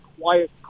quiet